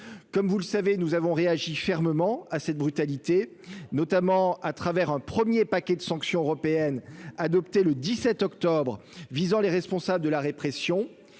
comme vous le savez, nous avons réagi fermement à cette brutalité, notamment à travers un 1er paquet de sanctions européennes adoptée le 17 octobre visant les responsables de la répression,